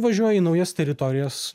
važiuoji į naujas teritorijas